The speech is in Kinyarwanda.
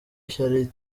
ishyari